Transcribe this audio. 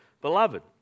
beloved